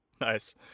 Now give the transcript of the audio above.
Nice